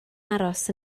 aros